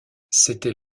c’était